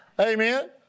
Amen